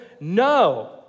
no